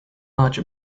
large